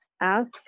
ask